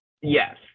Yes